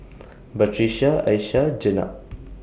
Batrisya Aishah Jenab